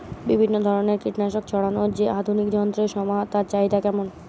বিভিন্ন ধরনের কীটনাশক ছড়ানোর যে আধুনিক যন্ত্রের সমাহার তার চাহিদা কেমন?